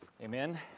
Amen